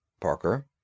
Parker